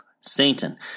Satan